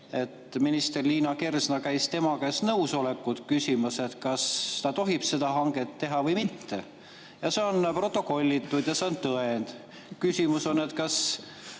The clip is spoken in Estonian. et minister Liina Kersna käis tema käest nõusolekut küsimas, kas ta tohib seda hanget teha või mitte, ja see on protokollitud, see on tõend. Küsimus on: kas